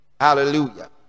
hallelujah